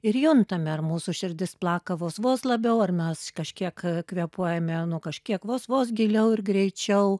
ir juntame ar mūsų širdis plaka vos vos labiau ar mes kažkiek kvėpuojame nu kažkiek vos vos giliau ir greičiau